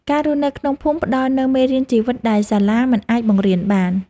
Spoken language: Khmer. ការរស់នៅក្នុងភូមិផ្ដល់នូវមេរៀនជីវិតដែលសាលាមិនអាចបង្រៀនបាន។